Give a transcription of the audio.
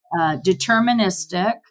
deterministic